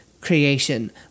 creation